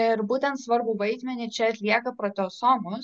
ir būtent svarbų vaidmenį čia atlieka proteosomos